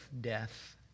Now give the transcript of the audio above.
death